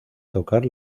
tocar